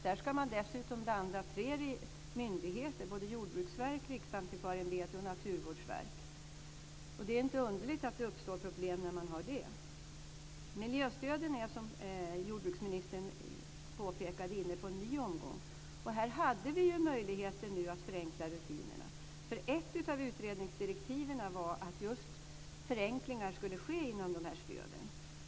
Där ska man dessutom blanda tre myndigheter, såväl Jordbruksverket som Riksantikvarieämbetet och Naturvårdsverket. Det är därför inte underligt att det uppstår problem. Miljöstöden är, som jordbruksministern påpekar, inne på en ny omgång. Här hade vi möjligheter att förenkla rutinerna, för ett av utredningsdirektiven var att just förenklingar skulle ske inom dessa stöd.